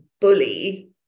bully